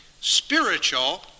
spiritual